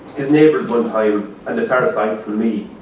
his neighbors went home and a fair sight from me.